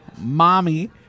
Mommy